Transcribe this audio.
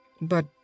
But